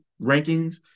rankings